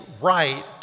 right